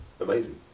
amazing